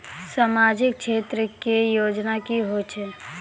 समाजिक क्षेत्र के योजना की होय छै?